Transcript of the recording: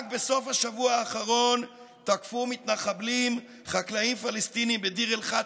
רק בסוף השבוע האחרון תקפו מתנחבלים חקלאים פלסטינים בדיר אל-חטב,